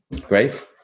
Great